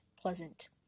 pleasant